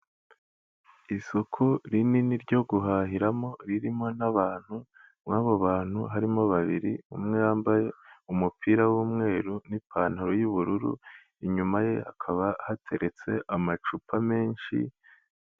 Isoko rinini ryo guhahiramo ririmo n'abantu muri abo bantu harimo babiri umwe yambaye umupira w'umweru n'ipantaro y'ubururu, inyuma ye hakaba hateretse amacupa menshi.